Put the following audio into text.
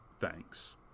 thanks